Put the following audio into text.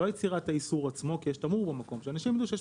לא יצירת האיסור עצמו כי יש תמרור במקום.